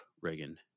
Reagan